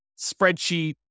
spreadsheet